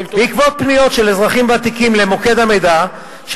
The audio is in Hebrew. בעקבות פניות של אזרחים ותיקים למוקד המידע של